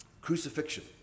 crucifixion